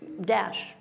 Dash